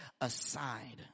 aside